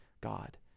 God